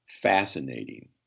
fascinating